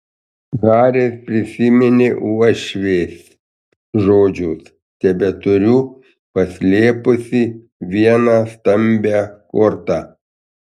haris prisiminė uošvės žodžius tebeturiu paslėpusi vieną stambią kortą